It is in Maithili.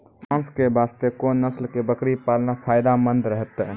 मांस के वास्ते कोंन नस्ल के बकरी पालना फायदे मंद रहतै?